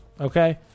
Okay